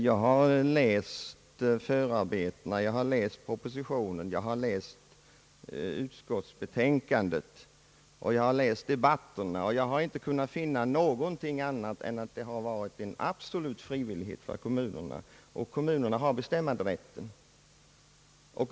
Jag har läst förarbetena, jag har läst propositionen, jag har läst utskottsbetänkandet, och jag har läst debattprotokollen, men jag har inte kunnat finna något annat än att det har varit fråga om absolut frivillighet för kommunerna och att dessa har bestämmanderätten.